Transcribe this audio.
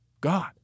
God